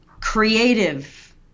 creative